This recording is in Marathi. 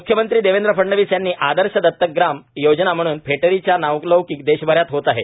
म्ख्यमंत्री देवेंद्र फडणवीस यांनी आदर्श दत्तक ग्राम म्हणून फेटरीचा नावलौकीक देशभरात होत आहे